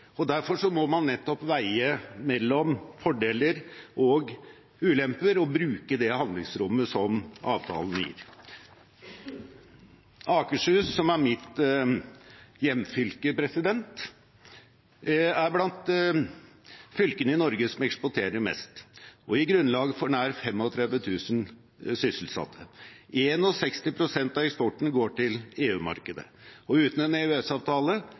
Derfor må man nettopp veie mellom fordeler og ulemper og bruke det handlingsrommet som avtalen gir. Akershus, som er mitt hjemfylke, er blant fylkene i Norge som eksporterer mest. Det gir grunnlag for nær 35 000 sysselsatte. 61 pst. av eksporten går til EU-markedet, og uten en